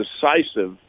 decisive